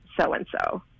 so-and-so